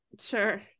sure